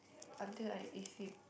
until I ace it